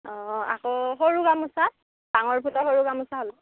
অ' আকৌ সৰু গামোচা ডাঙৰ ফুলৰ সৰু গামোচা হ'লে